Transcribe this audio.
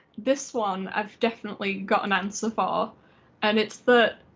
this one i've definitely got an ah answer for and it's that,